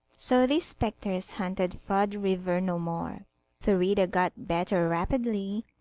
so the spectres haunted frod river no more thurida got better rapidly,